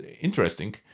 interesting